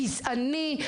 גזעני.